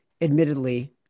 admittedly